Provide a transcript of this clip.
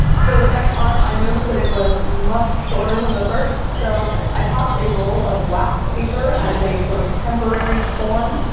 for the second arm, i noticed that it was much shorter than the first, so i tossed a roll of wax paper as a sort of temporary form,